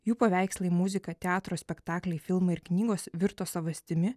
jų paveikslai muzika teatro spektakliai filmai ir knygos virto savastimi